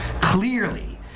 Clearly